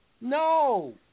No